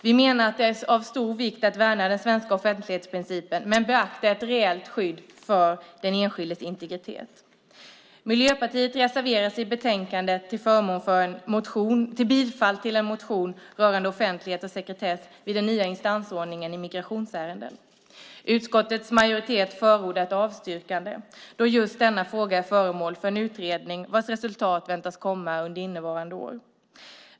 Vi menar att det är av stor vikt att värna den svenska offentlighetsprincipen men beakta ett reellt skydd för den enskildes integritet. Miljöpartiet har en reservation i betänkandet med anledning av en motion rörande offentlighet och sekretess vid den nya instansordningen i migrationsärenden. Utskottets majoritet har avstyrkt motionen då just denna fråga är föremål för en utredning vars resultat väntas komma under innevarande år.